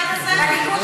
עוד